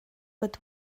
but